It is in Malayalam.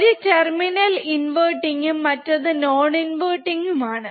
ഒരു ടെർമിനൽ ഇൻവെർട്ടിങ് ഉം മറ്റേത് നോൺ ഇൻവെർട്ടിങ് ഉം ആണ്